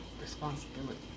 responsibility